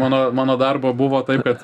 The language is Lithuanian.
mano mano darbo buvo taip kad